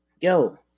yo